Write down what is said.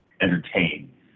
entertain